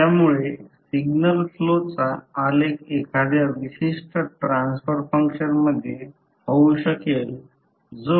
तर d ∅ d t हे d ∅ d i d i d t असे लिहू शकतो